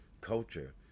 culture